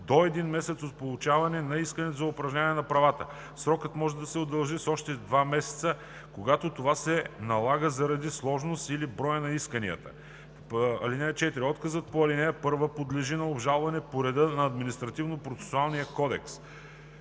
до един месец от получаване на искането за упражняване на права. Срокът може да се удължи с още два месеца, когато това се налага заради сложността или броя на исканията. (4) Отказът по ал. 1 подлежи на обжалване по реда на Административнопроцесуалния кодекс.“